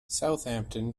southampton